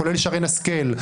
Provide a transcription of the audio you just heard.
כולל שרן השכל,